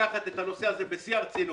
לקחת את הנושא הזה בשיא הרצינות,